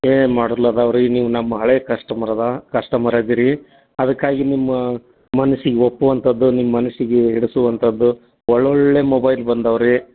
ಏಯ್ ಮಾಡಲ್ ಇದಾವೆ ರೀ ನೀವು ನಮ್ಮ ಹಳೆಯ ಕಸ್ಟಮರ್ ಅಲ್ವಾ ಕಸ್ಟಮರ್ ಇದೀರಿ ಅದಕ್ಕಾಗಿ ನಿಮ್ಮ ಮನಸ್ಸಿಗೆ ಒಪ್ಪುವಂಥದ್ದು ನಿಮ್ಮ ಮನಸ್ಸಿಗೆ ಹಿಡಿಸುವಂಥದ್ದು ಒಳ್ಳೊಳ್ಳೆಯ ಮೊಬೈಲ್ ಬಂದವೆ ರೀ